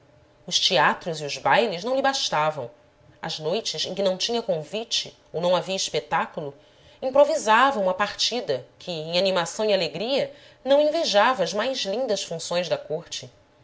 os teatros e os bailes não lhe bastavam as noites em que não tinha convite ou não havia espetáculo improvisava uma partida que em animação e alegria não invejava as mais lindas funções da corte